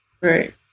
Right